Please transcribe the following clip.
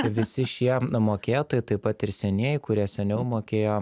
visi šie mokėtojai taip pat ir senieji kurie seniau mokėjo